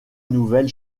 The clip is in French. nouvelle